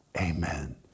amen